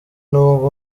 nubwo